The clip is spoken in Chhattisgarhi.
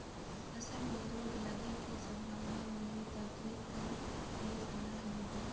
फसल मे रोग लगे के संभावना होही ता के कर ले सलाह लेबो?